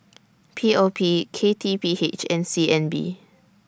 P O P K T P H and C N B